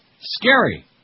Scary